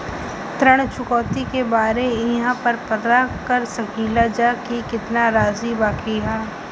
ऋण चुकौती के बारे इहाँ पर पता कर सकीला जा कि कितना राशि बाकी हैं?